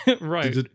right